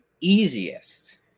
easiest